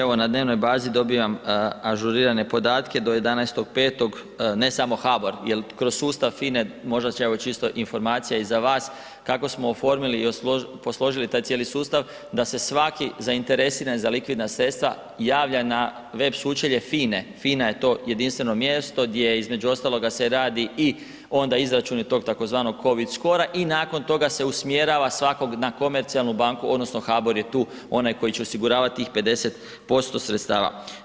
Evo, na dnevnoj bazi dobivam ažurirane podatke do 11.5., ne samo HBOR jer kroz sustav FINA-e, možda evo, čisto informacija i za vas, kako smo oformili i posložili taj cijeli sustav da se svaki zainteresirani za likvidna sredstva javlja na web sučelje FINA-e, FINA je to jedinstveno mjesto gdje je između ostaloga se radi i onda izračuni tog tzv. COVID score-a i nakon toga se usmjerava svakog na komercijalnu banku, odnosno HBOR je tu onaj koji će osiguravati tih 50% sredstava.